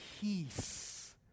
peace